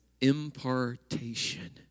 impartation